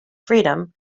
freedom